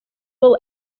will